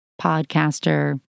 podcaster